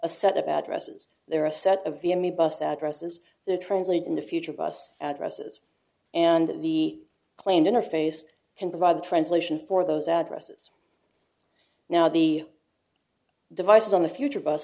a set of addresses there are a set of the emmy bus addresses they translate into future bus addresses and the claimed interface can provide the translation for those addresses now the devices on the future bus